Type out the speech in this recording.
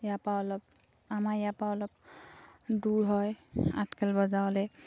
ইয়াৰপৰা অলপ আমাৰ ইয়াৰপৰা অলপ দূৰ হয় আঠখেল বজাৰলৈ